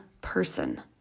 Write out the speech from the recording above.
person